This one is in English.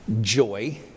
joy